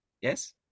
Yes